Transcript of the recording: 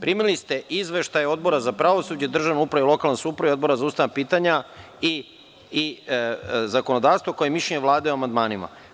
Primili ste izveštaj Odbora za pravosuđe, državnu upravu i lokalnu samoupravu i Odbora za ustavna pitanja i zakonodavstvo kao i mišljenje Vlade o amandmanima.